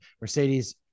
Mercedes